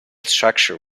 structure